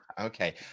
Okay